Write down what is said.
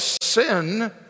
sin